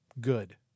good